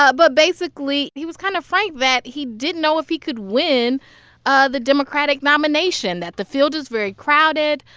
ah but basically, he was kind of frank that he didn't know if he could win ah the democratic nomination, that the field is very crowded,